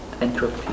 Entropy